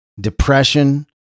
depression